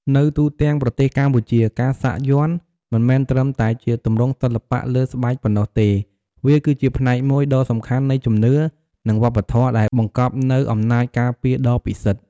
នៅទូទាំងប្រទេសកម្ពុជា ការសាក់យ័ន្តមិនមែនត្រឹមតែជាទម្រង់សិល្បៈលើស្បែកប៉ុណ្ណោះទេ វាគឺជាផ្នែកមួយដ៏សំខាន់នៃជំនឿ និងវប្បធម៌ ដែលបង្កប់នូវអំណាចការពារដ៏ពិសិដ្ឋ។